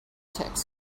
ticks